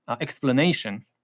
explanation